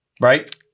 Right